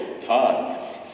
Todd